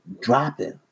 dropping